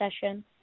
session